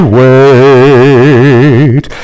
wait